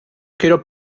quiero